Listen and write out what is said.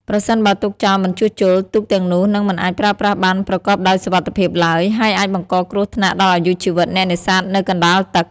ប្រសិនបើទុកចោលមិនជួសជុល ទូកទាំងនោះនឹងមិនអាចប្រើប្រាស់បានប្រកបដោយសុវត្ថិភាពឡើយ ហើយអាចបង្កគ្រោះថ្នាក់ដល់អាយុជីវិតអ្នកនេសាទនៅកណ្ដាលទឹក។